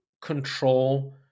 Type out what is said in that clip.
control